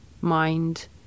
mind